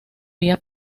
vía